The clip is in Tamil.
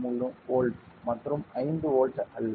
3 வோல்ட் மற்றும் 5 வோல்ட் அல்ல